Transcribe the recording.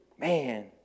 Man